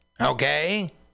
okay